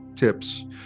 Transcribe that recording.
tips